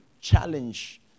challenge